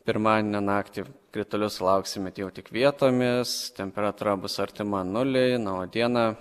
pirmadienio naktį kritulių sulauksime tai jau tik vietomis temperatūra bus artima nuliui na o dieną